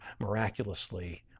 miraculously